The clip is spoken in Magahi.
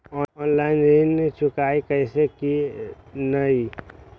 ऑनलाइन ऋण चुकाई कईसे की ञाई?